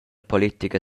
politica